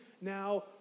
Now